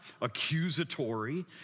accusatory